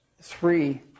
three